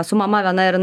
esu mama viena ir jinai